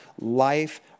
life